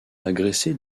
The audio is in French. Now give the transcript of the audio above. agressé